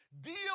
deal